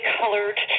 colored